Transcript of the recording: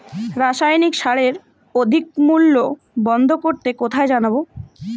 রাসায়নিক সারের অধিক মূল্য বন্ধ করতে কোথায় জানাবো?